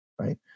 Right